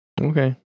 Okay